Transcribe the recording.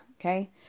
Okay